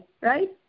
right